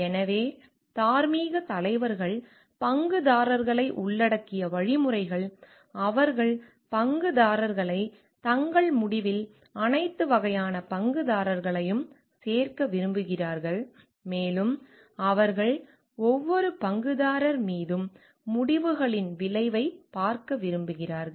எனவே தார்மீகத் தலைவர்கள் பங்குதாரர்களை உள்ளடக்கிய வழிமுறைகள் அவர்கள் பங்குதாரர்களை தங்கள் முடிவில் அனைத்து வகையான பங்குதாரர்களையும் சேர்க்க விரும்புகிறார்கள் மேலும் அவர்கள் ஒவ்வொரு பங்குதாரர் மீதும் முடிவுகளின் விளைவைப் பார்க்க விரும்புகிறார்கள்